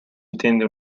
intende